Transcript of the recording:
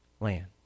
land